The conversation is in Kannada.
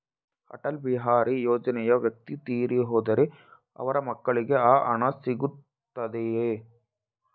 ಅಟಲ್ ಬಿಹಾರಿ ಯೋಜನೆಯ ವ್ಯಕ್ತಿ ತೀರಿ ಹೋದರೆ ಅವರ ಮಕ್ಕಳಿಗೆ ಆ ಹಣ ಸಿಗುತ್ತದೆಯೇ?